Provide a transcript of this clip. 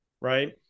right